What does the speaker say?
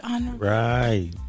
Right